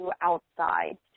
outside